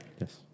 yes